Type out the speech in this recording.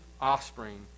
offspring